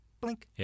blink